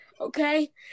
Okay